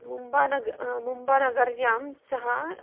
मुम्बा नग् मुम्बानगर्यां सः